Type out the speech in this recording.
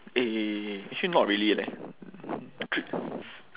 eh actually not really leh